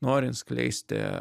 norint skleisti